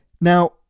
now